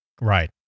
Right